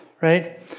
right